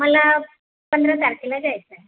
मला पंधरा तारखेला जायचं आहे